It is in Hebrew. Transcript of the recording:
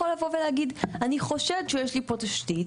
לבוא ולהגיד: ״אני חושד שיש לי פה תשתית.